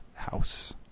house